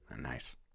Nice